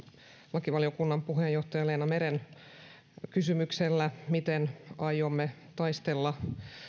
lakivaliokunnan puheenjohtaja leena meren kysymyksellä siitä miten aiomme taistella